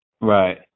Right